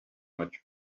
much